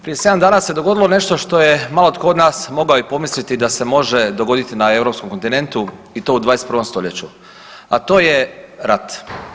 Prije 7 dana se dogodilo nešto što je malo tko od nas mogao i pomisliti da se može dogoditi na europskom kontinentu i to u 21. st., a to je rat.